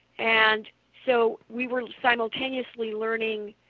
and so we were simultaneously learning